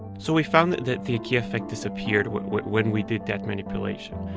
so we found that that the ikea effect disappeared when when we did that manipulation.